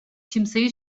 kimseyi